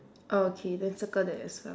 okay then circle that as well